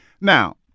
Now